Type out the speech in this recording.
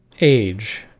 age